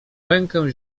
rękę